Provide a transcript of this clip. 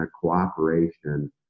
cooperation